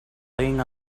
laying